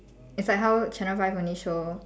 it's like how channel five only show